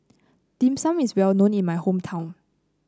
Dim Sum is well known in my hometown